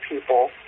people